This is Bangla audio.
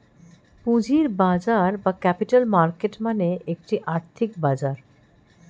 পুঁজির বাজার বা ক্যাপিটাল মার্কেট মানে একটি আর্থিক বাজার